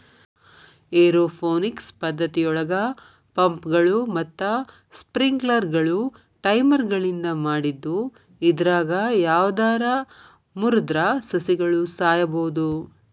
aeroponics ಪದ್ದತಿಯೊಳಗ ಪಂಪ್ಗಳು ಮತ್ತ ಸ್ಪ್ರಿಂಕ್ಲರ್ಗಳು ಟೈಮರ್ಗಳಿಂದ ಮಾಡಿದ್ದು ಇದ್ರಾಗ ಯಾವದರ ಮುರದ್ರ ಸಸಿಗಳು ಸಾಯಬೋದು